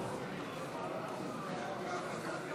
49 בעד, 56